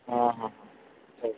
ହଁ ହଁ ଠିକ୍